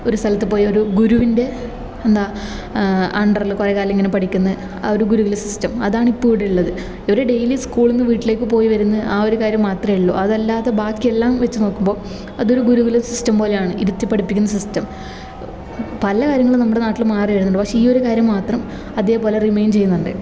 ഒരു സ്ഥലത്ത് പോയി ഒരു ഗുരുവിൻ്റെ എന്താ അണ്ടറിൽ കുറേ കാലം ഇങ്ങനെ പഠിക്കുന്ന് ആ ഒരു ഗുരുകുല സിസ്റ്റം അതാണ് ഇപ്പോൾ ഇവിടെയുള്ളത് ഇവര് ഡെയിലി സ്കൂളിൽ നിന്ന് വീട്ടിലേക്ക് പോയി വരുന്നു ആ ഒര് കാര്യം മാത്രമേ ഉള്ളു അതല്ലാതെ ബാക്കിയെല്ലാം വെച്ച് നോക്കുമ്പോൾ അതൊരു ഗുരുകുല സിസ്റ്റം പോലെയാണ് ഇരുത്തി പഠിപ്പിക്കുന്ന സിസ്റ്റം പല കാര്യങ്ങളും നമ്മുടെ നാട്ടില് മാറി വരുന്നുണ്ട് പക്ഷെ ഈ ഒരു കാര്യം മാത്രം അതേപോലെ റിമൈൻ ചെയ്യുന്നുണ്ട്